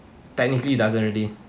technically it doesn't really